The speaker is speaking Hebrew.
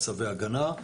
צווי הגנה,